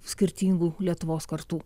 skirtingų lietuvos kartų